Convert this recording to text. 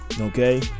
Okay